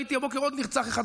ראיתי הבוקר עוד נרצח אחד,